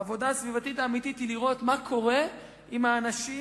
העבודה הסביבתית האמיתית היא לראות מה קורה עם האנשים,